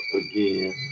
again